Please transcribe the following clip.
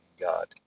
God